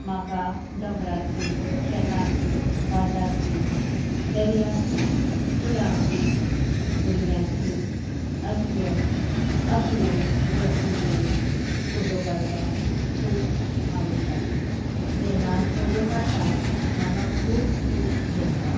म्हाका दोंगराची शेतांची भाटांची दर्याची फुलाची भुरग्यांची असल्यो अप्रूप वस्तूचे फोटो काडपाक खूब आवडटा जेन्ना हांव फोटो काडटा म्हाका खूब सुख भोगता